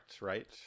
Right